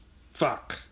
Fuck